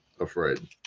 afraid